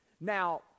Now